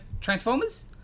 Transformers